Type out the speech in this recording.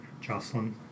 Jocelyn